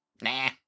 Nah